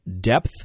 depth